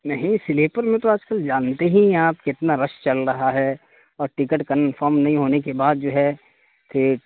نہیں سلیپر میں تو آج کل جانتے ہی ہیں آپ کتنا رش چل رہا ہے اور ٹکٹ کنفرم نہیں ہونے کے بعد جو ہے پھر